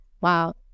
wow